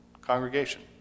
congregation